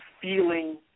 feeling